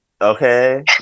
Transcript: Okay